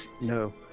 No